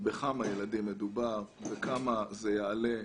בכמה ילדים מדובר וכמה זה יעלה,